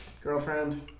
girlfriend